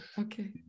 Okay